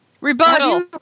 Rebuttal